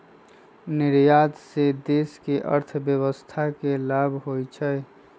निर्यात से देश के अर्थव्यवस्था के लाभ होइ छइ